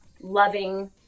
loving